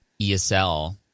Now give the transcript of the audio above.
ESL